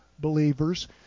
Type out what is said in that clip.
believers